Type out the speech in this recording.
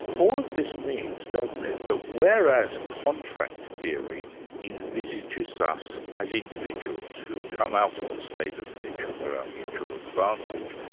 all of this means doesn't it, that whereas contract theory envisages us as individuals who come out of the state of nature for our mutual advantage.